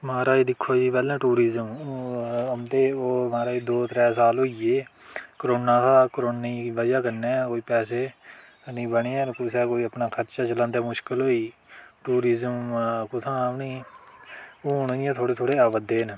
म्हाराज दिक्खो जी पैह्लें टुरिज्म औंदे म्हाराज ओह् दौं त्रै साल होई गे करोना आए दे ओह् करोने दी बजह कन्नै पैसे नेईं बने है'न कुसै अपना खर्चा चलांदे मुश्कल होई टुरिज्म कुत्थां औनी हू'न इं'या थोह्ड़े थोह्ड़े आवा दे न